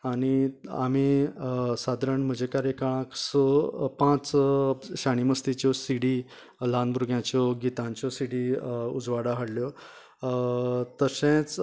आनी आमी सादारण म्हज्या कार्यकाळांत स पांच शाणी मस्तीच्यो सी डी ल्हान भुरग्यांच्यो गितांच्यो सी डी उजवाडाक हाडल्यो तशेंच